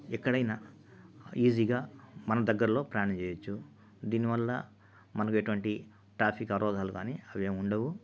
ఎక్కడైనా ఈజీగా మన దగ్గరలో ప్రయాణం చేయవచ్చు దీనివల్ల మనకు ఎటువంటి ట్రాఫిక్ అవరోధాలు కానీ అవి ఏముండవు